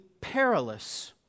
perilous